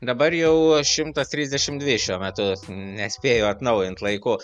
dabar jau šimtas trisdešim dvi šiuo metu nespėju atnaujint laiku